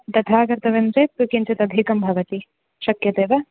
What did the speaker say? तथा गतवान् चेत् किञ्चित् अधिकं भवति शक्यते वा